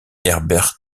herbert